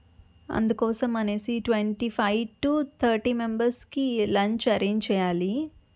అందుకోసం అనేసి twenty five two thirty మెంబర్స్కి లంచ్ అరేంజ్ చెయ్యాలి